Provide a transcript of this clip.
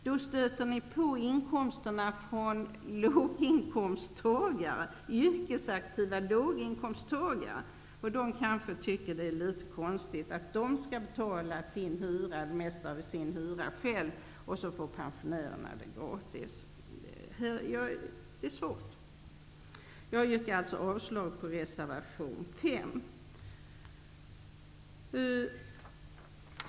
Då kommer man upp i sådana inkomster som yrkesaktiva låginkomsttagare kan ha, och de kanske tycker att det är litet konstigt att de skall behöva betala det mesta av sin hyra själva medan pensionärerna får gratis hyra. Det är svåra överväganden. Jag yrkar avslag på reservation 5.